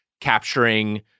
capturing